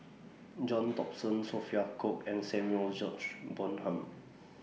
John Thomson Sophia Cooke and Samuel George Bonham